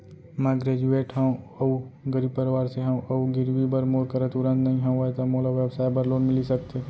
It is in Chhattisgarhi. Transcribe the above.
मैं ग्रेजुएट हव अऊ गरीब परवार से हव अऊ गिरवी बर मोर करा तुरंत नहीं हवय त मोला व्यवसाय बर लोन मिलिस सकथे?